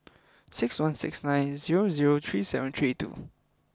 six one six nine zero zero three seven three two